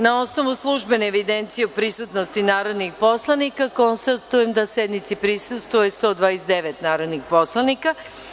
Na osnovu službene evidencije o prisutnosti narodnih poslanika, konstatujem da sednici prisustvuje 129 narodna poslanika.